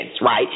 right